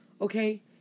Okay